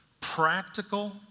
practical